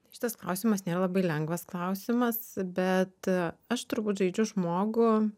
šitas klausimas nėra labai lengvas klausimas bet aš turbūt žaidžiu žmogų